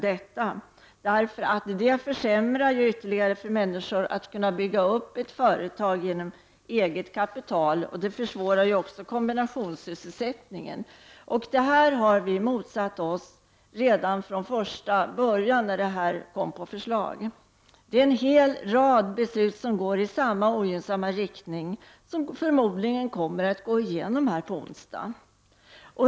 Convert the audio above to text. Det försämrar ytterligare möj ligheterna för människor att bygga upp ett företag genom eget kapital. Det försvårar också kombinationssysselsättningen. Vi har redan från första början motsatt oss detta förslag. En hel rad beslut går i samma ogynsamma riktning, och de kommer förmodligen att gå igenom på onsdag.